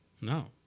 No